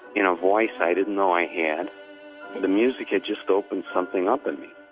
in a voice i didn't know i had, but the music had just opened something up in me